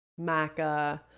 maca